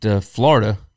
Florida